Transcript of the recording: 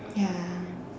ya